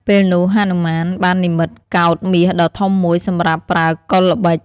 ពេលនោះ ហនុមាន បាននិម្មិតកោដ្ឋមាសដ៏ធំមួយសម្រាប់ប្រើកុលល្បិច។